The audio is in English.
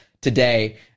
today